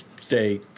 stay